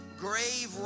grave